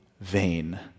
vain